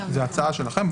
זו הצעה שלכם.